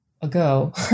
ago